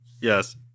Yes